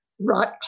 right